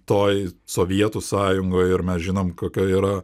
toj sovietų sąjungoj ir mes žinom kokia yra